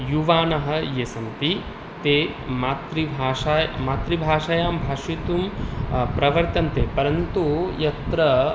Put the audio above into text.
युवानः ये सन्ति ते मातृभाषा मातृभाषायां भाषितुं प्रवर्तन्ते परन्तु यत्र